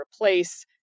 replace